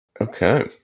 Okay